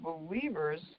believers